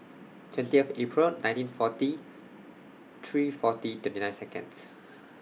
twentieth April nineteen forty three forty twenty nine Seconds